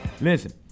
listen